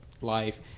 life